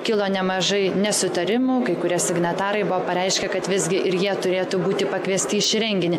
kilo nemažai nesutarimų kai kurie signatarai buvo pareiškę kad visgi ir jie turėtų būti pakviesti į šį renginį